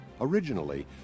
Originally